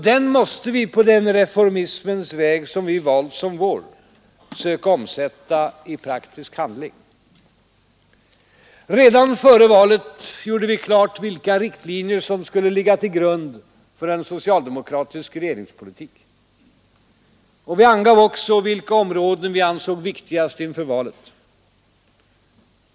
Den måste vi, på den reformismens väg som vi valt som vår, söka omsätta i praktisk handling. Redan före valet klargjorde vi vilka riktlinjer som skulle ligga till grund för en socialdemokratisk regeringspolitik. Och vi angav också vilka områden vi ansåg viktigast inför valet.